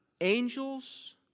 angels